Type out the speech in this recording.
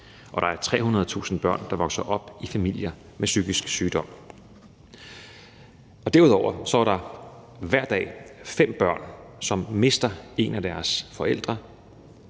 og der er 300.000 børn, der vokser op i familier med psykisk sygdom. Derudover er der hver dag fem børn, som mister en af deres forældre,